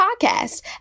podcast